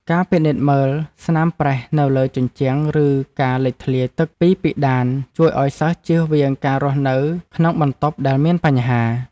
ការពិនិត្យមើលស្នាមប្រេះនៅលើជញ្ជាំងឬការលេចធ្លាយទឹកពីពិដានជួយឱ្យសិស្សជៀសវាងការរស់នៅក្នុងបន្ទប់ដែលមានបញ្ហា។